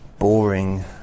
boring